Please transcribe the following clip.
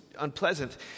unpleasant